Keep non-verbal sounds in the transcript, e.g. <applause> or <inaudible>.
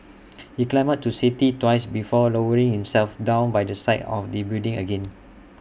<noise> he climbed up to safety twice before lowering himself down by the side of the building again